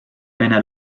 vene